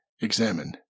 examine